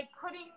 putting